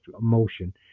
emotion